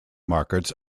markets